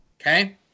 Okay